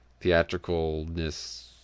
theatricalness